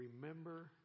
remember